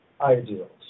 ideals